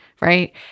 right